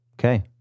okay